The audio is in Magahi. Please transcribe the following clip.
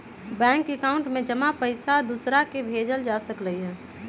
बैंक एकाउंट में जमा पईसा दूसरा के भेजल जा सकलई ह